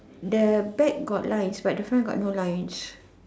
the bag got lines but the front got no lines